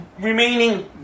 remaining